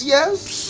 Yes